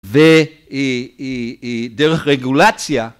‫ודרך רגולציה...